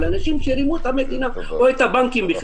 אנשים שרימו את המדינה או את הבנקים.